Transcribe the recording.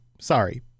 Sorry